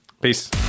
Peace